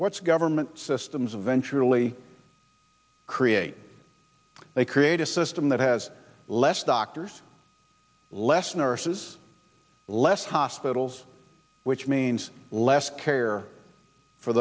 what's government systems eventually create they create a system that has less doctors less nurses less hospitals which means less care for